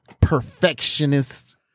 perfectionist